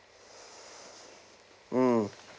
mm